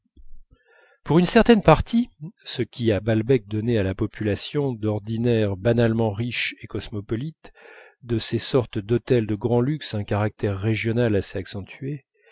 pour une certaine partie ce qui à balbec donnait à la population d'ordinaire banalement riche et cosmopolite de ces sortes d'hôtels de grand luxe un caractère régional assez accentué